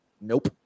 nope